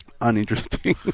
uninteresting